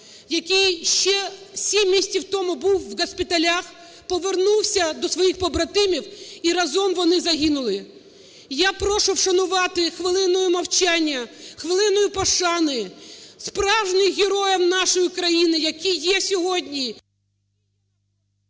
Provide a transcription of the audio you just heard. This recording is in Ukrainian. який ще 7 місяців тому був в госпіталях, повернувся до своїх побратимів, і разом вони загинули. Я прошу вшанувати хвилиною мовчання, хвилиною пошани справжніх героїв нашої країни, які є сьогодні…